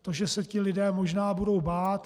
To, že se ti lidé možná budou bát.